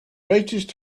latest